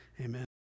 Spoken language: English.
amen